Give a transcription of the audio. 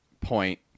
point